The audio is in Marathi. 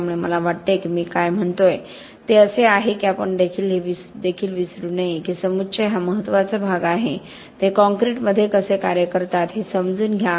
त्यामुळे मला वाटते की मी काय म्हणतोय ते असे आहे की आपण हे देखील विसरू नये की समुच्चय हा महत्त्वाचा भाग आहे ते काँक्रिटमध्ये कसे कार्य करतात हे समजून घ्या